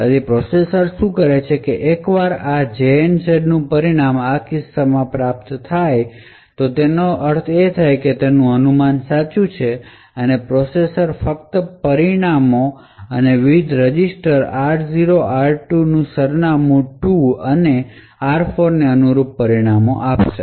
તેથી પ્રોસેસર શું કરે છે કે એકવાર આ 0 ના હોય તો લેબલ પરનો જંપ નું પરિણામ આ કિસ્સામાં પ્રાપ્ત થાય છે તેનો અર્થ એ છે કે અનુમાન સાચો છે પ્રોસેસર ફક્ત પરિણામો અને વિવિધ રજિસ્ટર r0 r2 સરનામું 2 અને r4 ને અનુરૂપ પરિણામો આપશે